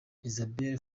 isabelle